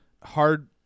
hard